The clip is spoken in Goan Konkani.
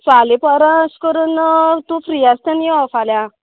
फाल्या परां अशें करून तूं फ्री आसा तेन्ना यो फाल्यां